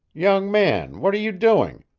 young man, what are you doing?